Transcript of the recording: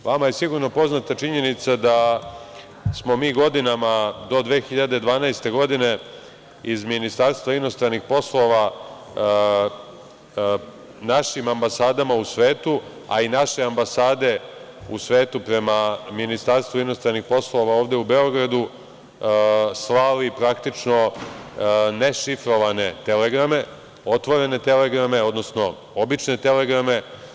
Vama je sigurno poznata činjenica da smo mi godinama do 2012. godine iz Ministarstva inostranih poslova našim ambasadama u svetu, a i naše ambasade u svetu prema Ministarstvu inostranih poslova ovde u Beogradu slali praktično nešifrovane telegrame, otvorene telegrame, odnosno obične telegrame.